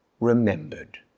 remembered